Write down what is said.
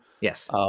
Yes